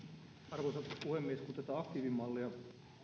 arvoisa puhemies kun tätä aktiivimallia alun